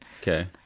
okay